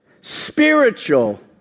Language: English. spiritual